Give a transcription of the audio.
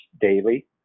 daily